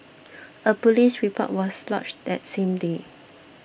a police report was lodged that same day